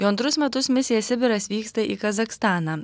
jau antrus metus misija sibiras vyksta į kazachstaną